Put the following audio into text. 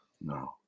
No